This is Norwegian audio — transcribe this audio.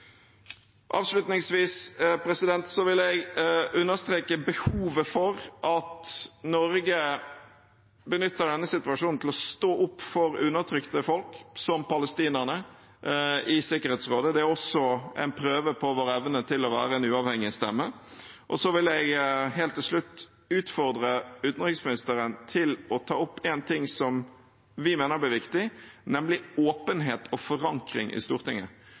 Avslutningsvis vil jeg understreke behovet for at Norge benytter denne situasjonen til å stå opp for undertrykte folk som palestinerne i Sikkerhetsrådet. Det er også en prøve på vår evne til å være en uavhengig stemme. Så vil jeg helt til slutt utfordre utenriksministeren til å ta opp en ting som vi mener blir viktig, nemlig åpenhet og forankring i Stortinget